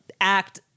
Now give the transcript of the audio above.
act